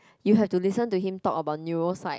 you have to listen to him talk about neuro psych